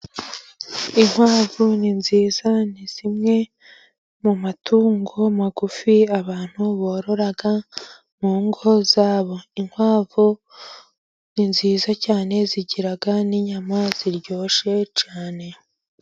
Inkwavu ni nziza ni zimwe mu matungo magufi abantu borora mu ngo zabo. Inkwavu ni nziza cyane zigira n'inyama ziryoshye cyane.